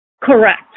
Correct